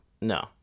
no